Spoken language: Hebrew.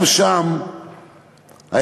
גם שם ההבדל